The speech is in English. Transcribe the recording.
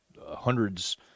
hundreds